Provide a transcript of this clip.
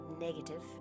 negative